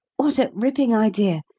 what a ripping idea!